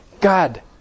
God